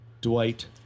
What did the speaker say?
Dwight